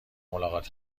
ملاقات